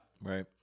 Right